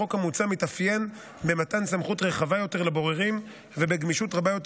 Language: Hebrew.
החוק המוצע מתאפיין במתן סמכות רחבה יותר לבוררים ובגמישות רבה יותר